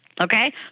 okay